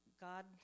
God